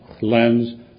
lens